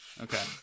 okay